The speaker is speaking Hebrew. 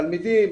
תלמידים,